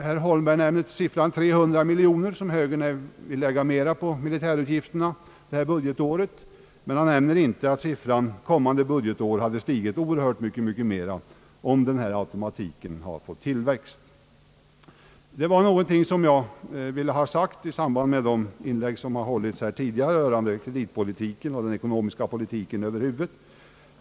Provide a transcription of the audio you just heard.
Herr Holmberg nämner siffran 300 miljoner, som högern vill lägga mera på militärutgifterna detta budgetår, men han nämner inte att siffran kommande budgetår hade stigit mycket mer om automatiken hade fått fortsätta. Detta var vad jag ville ha sagt i samband med tidigare inlägg här rörande kreditpolitiken och den ekonomiska politiken i allmänhet.